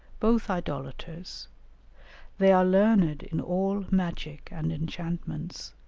both idolaters they are learned in all magic and enchantments,